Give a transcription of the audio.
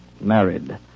Married